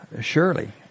surely